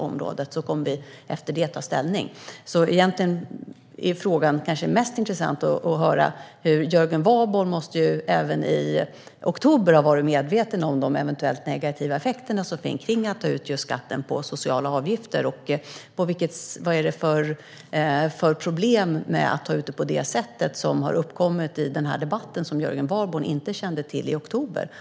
Därefter kommer vi att ta ställning. Egentligen är det kanske mest intressant att höra vad Jörgen Warborn säger i frågan. Han måste ju även i oktober ha varit medveten om de eventuellt negativa effekter som finns av att ta ut skatten på just sociala avgifter. Vad är det för problem med att ta ut skatten på det sätt som har uppkommit i debatten som Jörgen Warborn inte kände till i oktober?